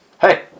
Hey